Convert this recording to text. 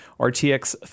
RTX